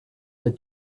that